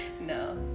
No